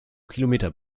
kilometer